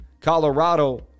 Colorado